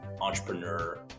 entrepreneur